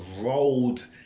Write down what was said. rolled